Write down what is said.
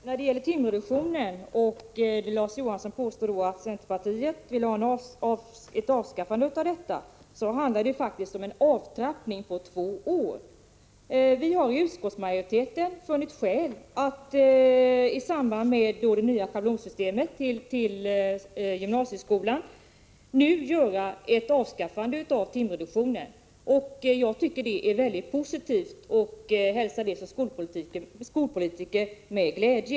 Herr talman! Larz Johansson påstår att centerpartiet vill avskaffa timreduktionen. Det handlar ju faktiskt om en avtrappning på två år. I samband med det nya schablonsystemet i fråga om gymnasieskolan har utskottsmajoriteten funnit skäl att nu avskaffa timreduktionen. Jag tycker att det är mycket positivt, och som skolpolitiker hälsar jag detta med glädje.